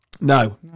No